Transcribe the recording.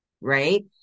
right